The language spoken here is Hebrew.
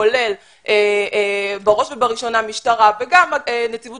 כולל בראש ובראשונה משטרה וגם נציבות